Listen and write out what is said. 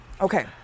Okay